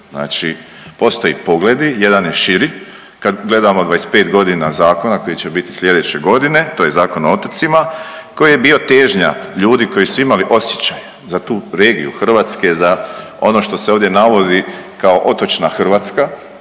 Znači postoje pogledi, jedan i širi, kad gledamo 25 godina zakona koji će biti slijedeće godine, to je Zakon o otocima koji je bio težnja ljudi koji su imali osjećaja za tu regiju Hrvatske, za ono što se ovdje navodi kao otočna Hrvatska,